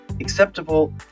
acceptable